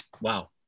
Wow